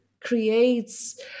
creates